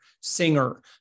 singer